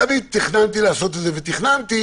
גם אם תכננתי לעשות איזה, ותכננתי